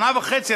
שנה וחצי,